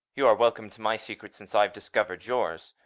you are welcome to my secret since i have discovered yours.